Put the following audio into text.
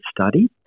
study